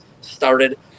started